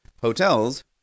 hotels